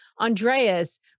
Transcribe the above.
Andreas